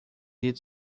did